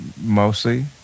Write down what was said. mostly